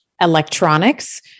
electronics